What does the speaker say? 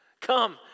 Come